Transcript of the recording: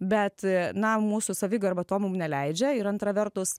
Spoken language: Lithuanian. bet na mūsų savigarba to mum neleidžia ir antra vertus